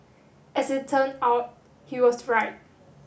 as it turned out he was right